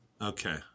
Okay